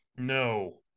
No